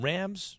Rams